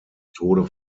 tode